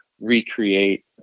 recreate